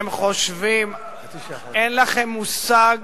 אין לכם מושג